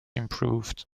improved